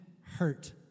hurt